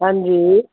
ਹਾਂਜੀ